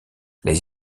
les